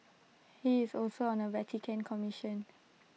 he is also on A Vatican commission